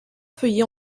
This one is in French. feuillets